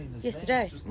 Yesterday